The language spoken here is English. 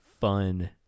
fun